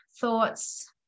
thoughts